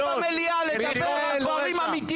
בשונה מעניין הסניוריטי,